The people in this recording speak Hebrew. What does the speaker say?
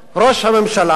ראש הממשלה,